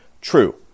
True